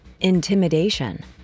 intimidation